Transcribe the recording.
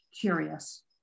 curious